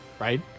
Right